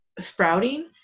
sprouting